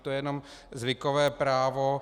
To je jenom zvykové právo.